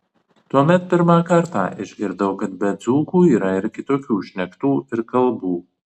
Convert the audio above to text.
tuomet pirmą kartą išgirdau kad be dzūkų yra ir kitokių šnektų ir kalbų